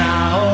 Now